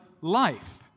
life